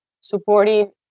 supporting